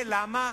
זה, למה?